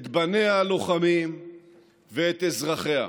את בניה הלוחמים ואת אזרחיה.